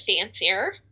fancier